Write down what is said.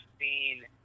seen